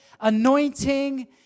anointing